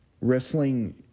wrestling